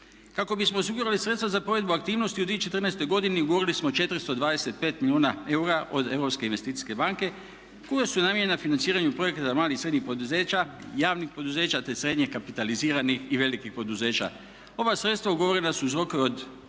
Kako bismo osigurali sredstva za provedbu aktivnosti u 2014. godini ugovorili smo 425 milijuna eura od Europske investicijske banke koja su namijenjena financiranju projekata malih i srednjih poduzeća, javnih poduzeća, te srednje kapitaliziranih i velikih poduzeća. Ova sredstva ugovorena su uz rokove